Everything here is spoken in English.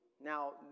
now